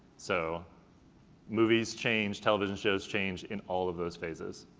so movies change, television shows change, in all of those phases,